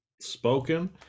spoken